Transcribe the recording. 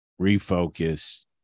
refocus